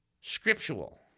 scriptural